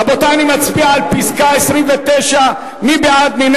רבותי, אני מצביע על מס' 29, מי בעד, מי